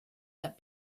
that